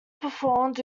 performed